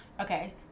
Okay